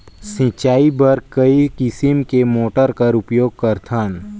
सिंचाई बर कई किसम के मोटर कर उपयोग करथन?